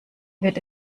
wird